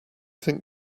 think